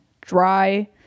dry